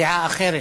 דעה אחרת.